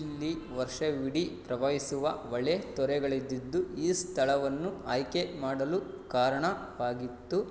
ಇಲ್ಲಿ ವರ್ಷವಿಡೀ ಪ್ರವಹಿಸುವ ಹೊಳೆ ತೊರೆಗಳಿದ್ದಿದ್ದು ಈ ಸ್ಥಳವನ್ನು ಆಯ್ಕೆ ಮಾಡಲು ಕಾರಣವಾಗಿತ್ತು